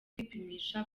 kwipimisha